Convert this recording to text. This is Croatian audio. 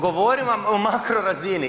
Govorim vam o makrorazini.